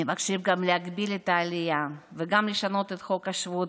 מבקשים גם להגביל את העלייה וגם לשנות את חוק השבות.